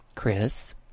Chris